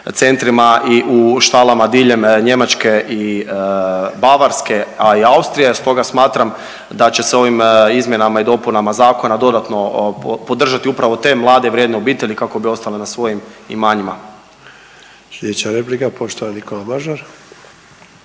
centrima i u štalama diljem Njemačke i Bavarske, a i Austrije. Stoga smatram da će se ovim izmjenama i dopunama zakona dodatno podržati upravo te mlade, vrijedne obitelji kako bi ostale na svojim imanjima.